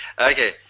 Okay